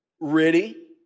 ready